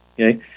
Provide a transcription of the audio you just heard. okay